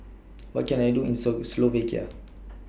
What Can I Do in Slovakia